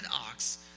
ox